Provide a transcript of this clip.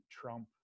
trump